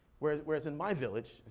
whereas whereas in my village,